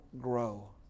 grow